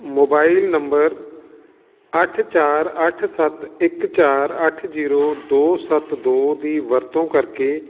mobile number ਅੱਠ ਚਾਰ ਅੱਠ ਸੱਤ ਇੱਕ ਚਾਰ ਅੱਠ ਜੀਰੋ ਦੋ ਸੱਤ ਦੋ ਦੀ ਵਰਤੋਂ ਕਰਕੇ